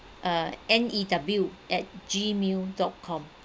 uh N E W at gmail dot com